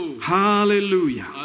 hallelujah